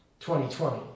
2020